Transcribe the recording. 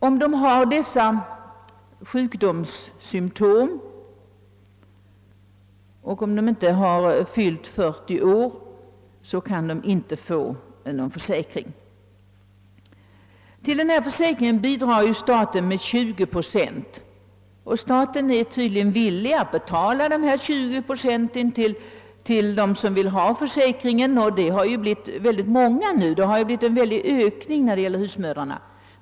Om de har dessa sjukdomssymtom och inte har fyllt 40 år kan de inte få någon försäkring. Till den frivilliga sjukpenningförsäkringen bidrar staten med 20 procent. Staten är tydligen villig att betala dessa pengar för dem som vill ha försäkringen, och de har blivit många nu; särskilt har husmödrarnas antal ökat.